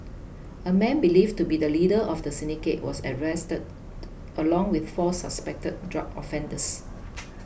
a man believed to be the leader of the syndicate was arrested along with four suspected drug offenders